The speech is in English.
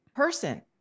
person